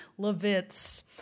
Levitz